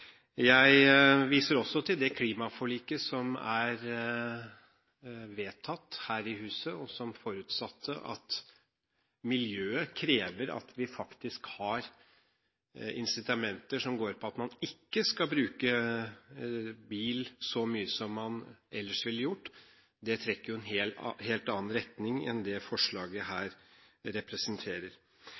Jeg viser også til det klimaforliket som er vedtatt her i huset, og som forutsatte at miljøet krever at vi faktisk har incitamenter som går på at man ikke skal bruke bil så mye som man ellers ville gjort. Det trekker jo i en helt annen retning enn det forslaget her representerer.